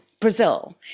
Brazil